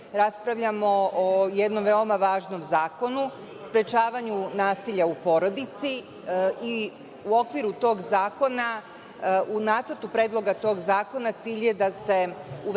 raspravljamo o jednom veoma važnom zakonu, sprečavanju nasilja u porodici i u okviru tog zakona, u Nacrtu predloga tog zakona cilj je da se uvedu